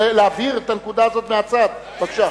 בבקשה.